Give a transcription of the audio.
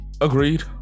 Agreed